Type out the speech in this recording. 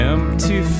Empty